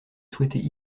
souhaiter